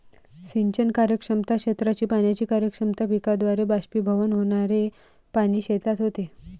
सिंचन कार्यक्षमता, क्षेत्राची पाण्याची कार्यक्षमता, पिकाद्वारे बाष्पीभवन होणारे पाणी शेतात होते